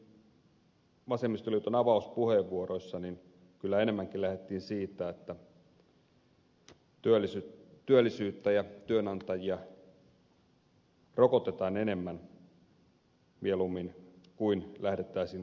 tosin vasemmistoliiton avauspuheenvuoroissa kyllä enemmänkin lähdettiin siitä että työllisyyttä ja työnantajia rokotetaan enemmän mieluummin kuin lähdettäisiin poistamaan niitä ongelmia